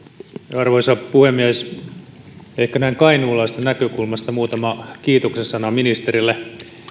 arvoisa puhemies ehkä näin kainuulaisesta näkökulmasta muutama kiitoksen sana ministerille